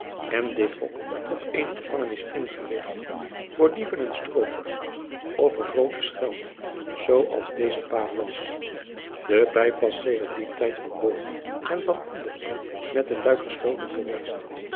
en dit hok tot eene gevangenis ingericht voor dieven en stroopers of voor groote schelmen zoo als deze paap was de pijp was sedert dien tijd van boven en van onderen met een luik gesloten geweest